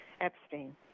Epstein